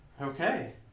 Okay